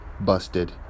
Busted